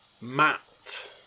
Matt